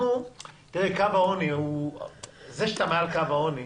תראה, זה שאתה מעל קו העוני,